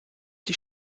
die